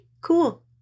cool